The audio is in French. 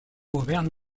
auvergne